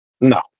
No